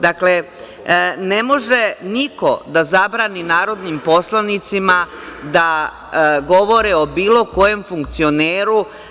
Dakle, ne može niko da zabrani narodnim poslanicima da govore o bilo kojem funkcioneru.